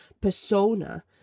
persona